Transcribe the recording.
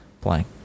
blank